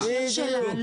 בדיוק,